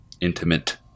intimate